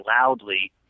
loudly